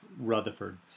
Rutherford